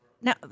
now